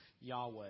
Yahweh